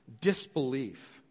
disbelief